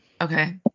okay